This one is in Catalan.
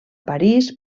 parís